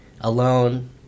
alone